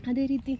ಅದೇ ರೀತಿ